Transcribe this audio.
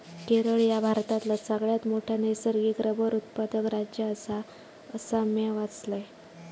केरळ ह्या भारतातला सगळ्यात मोठा नैसर्गिक रबर उत्पादक राज्य आसा, असा म्या वाचलंय